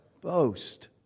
Boast